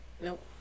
Nope